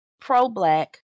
Pro-black